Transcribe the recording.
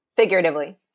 Figuratively